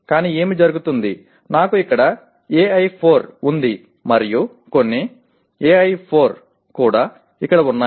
కానీ ఏమి జరుగుతుంది నాకు ఇక్కడ AI4 ఉంది మరియు కొన్ని AI4 కూడా ఇక్కడ ఉన్నాయి